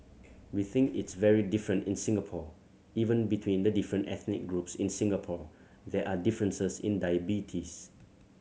we think it's very different in Singapore even between the different ethnic groups in Singapore there are differences in diabetes